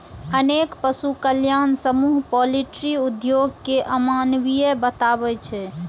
अनेक पशु कल्याण समूह पॉल्ट्री उद्योग कें अमानवीय बताबै छै